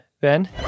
Ben